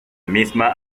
misma